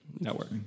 Network